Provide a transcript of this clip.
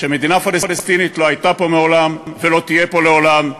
שמדינה פלסטינית לא הייתה פה מעולם ולא תהיה פה לעולם.